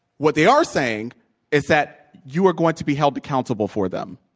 what they are saying is that you are going to be held accountable for them.